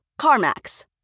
CarMax